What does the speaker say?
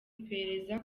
iperereza